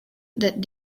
that